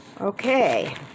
Okay